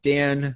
Dan